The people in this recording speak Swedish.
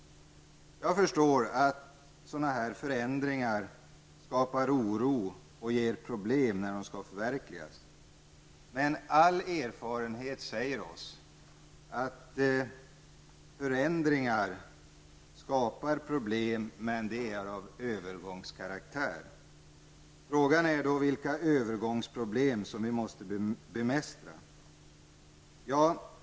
Jag förstår att sådana här förändringar skapar oro och ger problem när de skall förverkligas. All erfarenhet säger oss dock att förändringar skapar problem, men att de är av övergångskaraktär. Frågan är då vilka övergångsproblem som vi måste bemästra.